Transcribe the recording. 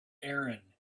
aaron